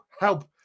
help